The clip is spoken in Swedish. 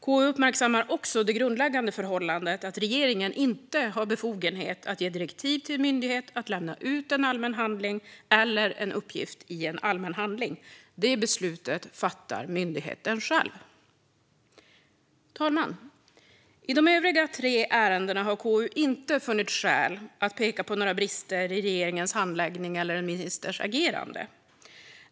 KU uppmärksammar också det grundläggande förhållandet att regeringen inte har befogenhet att ge direktiv till en myndighet att lämna ut en allmän handling eller en uppgift i en allmän handling. Det beslutet fattar myndigheten själv. Fru talman! I de tre övriga ärendena har KU inte funnit skäl att peka på några brister i regeringens handläggning eller en ministers agerande.